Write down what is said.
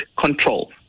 control